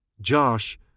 Josh